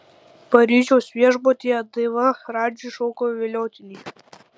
paryžiaus viešbutyje daiva radžiui šoko viliotinį